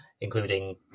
including